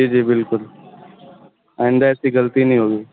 جی جی بالکل آئندہ ایسی غلطی نہیں ہوگی